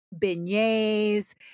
beignets